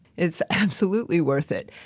it's absolutely worth it.